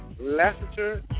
Lassiter